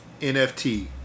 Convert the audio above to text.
NFT